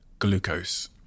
glucose